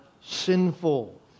sinful